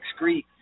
excrete